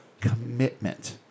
commitment